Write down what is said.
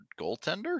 goaltender